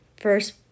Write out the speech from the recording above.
First